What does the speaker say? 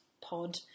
Pod